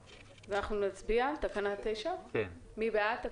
נצביע על תקנה 9. מי בעד?